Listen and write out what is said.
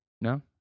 No